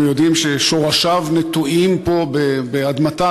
אנחנו יודעים ששורשיו נטועים פה באדמתה